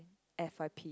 F_Y_P